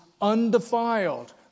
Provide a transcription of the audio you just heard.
undefiled